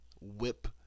whip